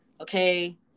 Okay